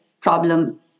problem